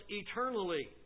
eternally